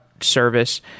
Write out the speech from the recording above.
service